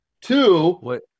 Two